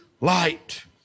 light